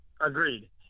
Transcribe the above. Agreed